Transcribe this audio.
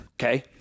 Okay